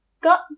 got